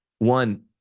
one